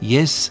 Yes